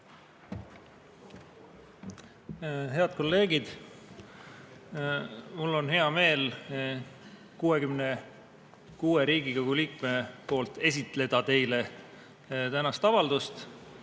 Head kolleegid! Mul on hea meel 66 Riigikogu liikme nimel esitleda teile tänast avaldust.